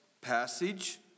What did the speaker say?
passage